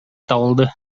табылды